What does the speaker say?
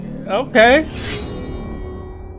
Okay